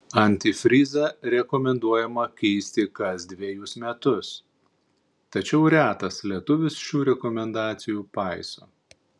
antifrizą rekomenduojama keisti kas dvejus metus tačiau retas lietuvis šių rekomendacijų paiso